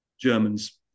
Germans